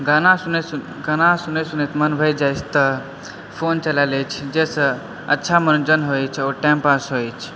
गाना सुनय गाना सुनैत सुनैत मन भरि जाइत छै तऽ फोन चला लैत छी जाहिसँ अच्छा मनोरञ्जन होइत अछि आओर टाइमपास होइत अछि